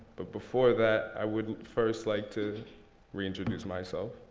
but before that, i would first like to reintroduce myself.